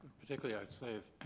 particularly i'd say.